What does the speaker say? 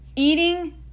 eating